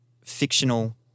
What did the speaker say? fictional